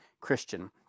Christian